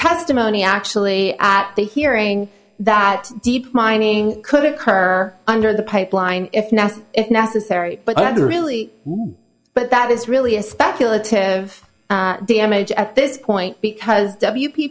testimony actually at the hearing that deep mining could occur under the pipeline if now if necessary but i don't really but that is really a speculative damage at this point because